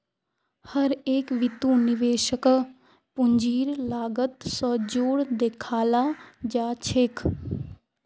हर एक बितु निवेशकक पूंजीर लागत स जोर देखाला जा छेक